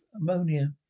ammonia